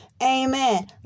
Amen